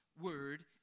word